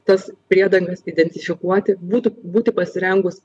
tas priedangas identifikuoti būti būti pasirengus